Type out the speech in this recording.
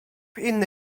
inny